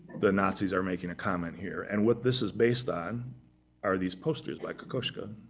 the nazis are making a comment here. and what this is based on are these posters by kokoschka.